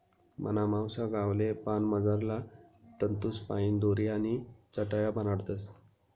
मना मावसा गावले पान मझारला तंतूसपाईन दोरी आणि चटाया बनाडतस